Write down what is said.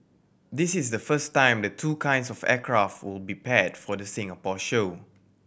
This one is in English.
this is the first time the two kinds of aircraft will be paired for the Singapore show